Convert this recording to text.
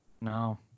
no